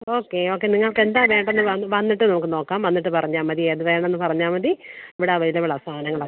okay okay നിങ്ങൾക്ക് എന്താണ് വേണ്ടത് വ വന്നിട്ട് നമുക്ക് നോക്കാം വന്നിട്ട് പറഞ്ഞാൽ മതി ഏത് വേണമെന്ന് പറഞ്ഞാൽ മതി ഇവിടെ അവൈലബിളാ സാധനങ്ങളൊക്കെ